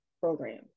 Program